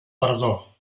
perdó